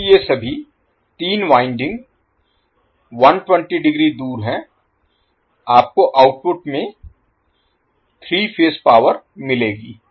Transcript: चूंकि ये सभी तीन वाइंडिंग 120 डिग्री दूर हैं आपको आउटपुट में 3 फेज पावर मिलेगी